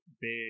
big